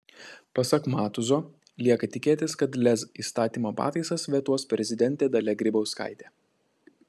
pasak matuzo lieka tikėtis kad lez įstatymo pataisas vetuos prezidentė dalia grybauskaitė